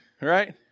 right